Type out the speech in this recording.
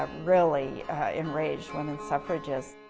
um really enraged women suffragists.